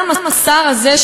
גם השר הזה,